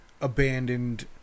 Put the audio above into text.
abandoned